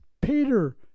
Peter